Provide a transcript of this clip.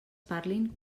parlin